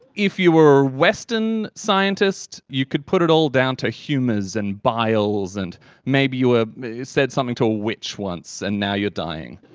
if you were a western scientist you could put it all down to humours and biles, and maybe you ah said something to a witch once and now you're dying.